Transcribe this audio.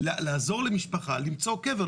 לעזור למשפחה למצוא קבר.